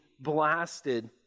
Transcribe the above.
blasted